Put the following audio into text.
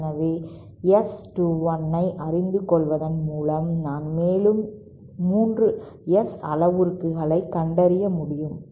எனவே S 21 ஐ அறிந்து கொள்வதன் மூலம் நான் மேலும் 3 S அளவுருக்களைக் கண்டறிய முடியும்